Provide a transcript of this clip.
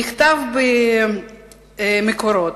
נכתב במקורות: